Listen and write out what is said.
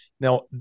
Now